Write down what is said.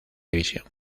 división